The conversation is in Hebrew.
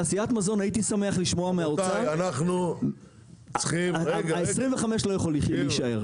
הייתי שמח לשמוע מהאוצר ה-25 לא יכול להישאר,